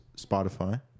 Spotify